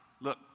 Look